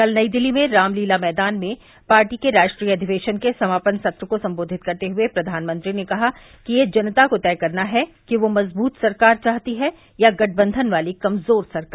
कल नई दिल्ली में रामलीला मैदान में पार्टी के राष्ट्रीय अधिवेशन के समापन सत्र को संबोधित करते हुए प्रधानमंत्री ने कहा कि यह जनता को तय करना है कि वह मजबूत सरकार चाहती है या गठबंधन वाली कमजोर सरकार